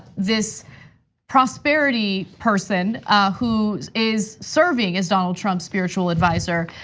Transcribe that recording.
this prosperity person who is serving as donald trump's spiritual advisor,